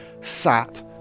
sat